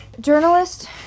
journalist